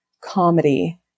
comedy